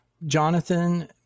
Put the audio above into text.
Jonathan